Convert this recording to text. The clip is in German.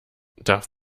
darf